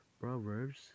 Proverbs